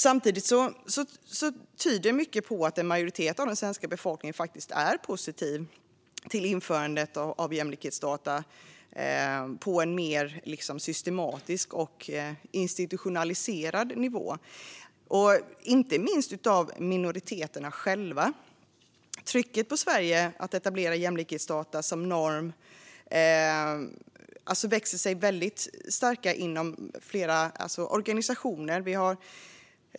Samtidigt tyder mycket på att en majoritet av den svenska befolkningen är positiv till införandet av jämlikhetsdata på en mer systematisk och institutionaliserad nivå - inte minst minoriteterna själva. Trycket på Sverige att etablera jämlikhetsdata som norm växer sig allt starkare inom olika organisationer.